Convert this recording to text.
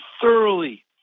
thoroughly